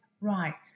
right